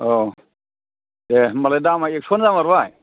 औ दे होनबालाय दामा एक्स'आनो जामारबाय